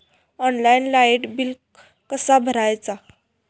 Online light bill कसा भरायचा?